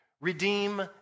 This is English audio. Redeem